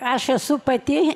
aš esu pati